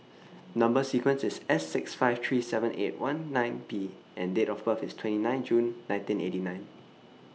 Number sequence IS S six five three seven eight one nine P and Date of birth IS twenty nine June nineteen eighty nine